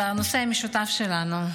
זה הנושא המשותף שלנו,